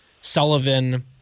Sullivan